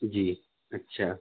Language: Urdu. جی اچھا